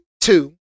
two